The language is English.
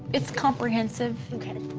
it's comprehensive. okay.